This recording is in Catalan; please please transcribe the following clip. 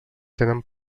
tenen